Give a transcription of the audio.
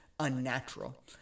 Unnatural